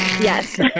Yes